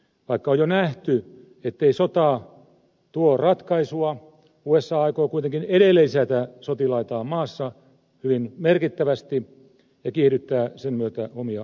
vaikka on jo nähty ettei sota tuo ratkaisua usa aikoo kuitenkin edelleen lisätä sotilaitaan maassa hyvin merkittävästi ja kiihdyttää sen myötä omia sotatoimiaan